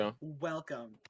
welcome